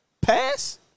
pass